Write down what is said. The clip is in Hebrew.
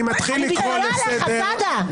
אני מתפלאת עליך, סעדה.